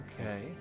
okay